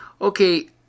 Okay